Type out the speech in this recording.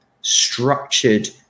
structured